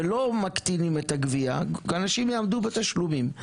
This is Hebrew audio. ולא מקטינים את הגביה כי אנשים עומדים בתשלומים,